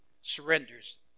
surrenders